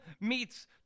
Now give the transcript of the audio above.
meets